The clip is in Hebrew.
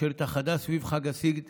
אשר התאחדה סביב חג הסגד